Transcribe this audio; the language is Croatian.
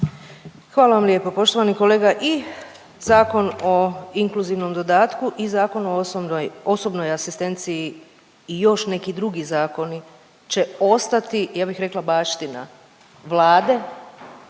Hvala vam lijepo. Poštovani kolega i Zakon o inkluzivnom dodatku i Zakon o osobnoj asistenciji i još neki drugi zakoni će ostati ja bih rekla baština Vlade,